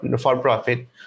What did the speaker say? for-profit